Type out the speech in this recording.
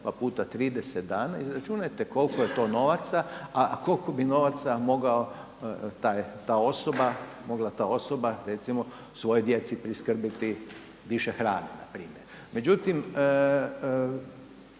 pa puta 30 dana izračunajte koliko je to novaca, a koliko bi novaca mogao ta osoba, mogla ta osoba recimo svojoj djeci priskrbiti više hrane na primjer. Međutim,